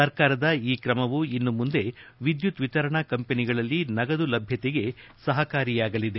ಸರ್ಕಾರದ ಈ ಕ್ರಮವು ಇನ್ನು ಮುಂದೆ ವಿದ್ಯುತ್ ವಿತರಣಾ ಕಂಪನಿಗಳಲ್ಲಿ ನಗದು ಲಭ್ಯತೆಗೆ ಸಹಕಾರಿಯಾಗಲಿದೆ